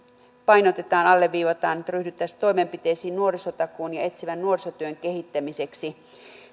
painotetaan ja alleviivataan että ryhdyttäisiin toimenpiteisiin nuorisotakuun ja etsivän nuorisotyön kehittämiseksi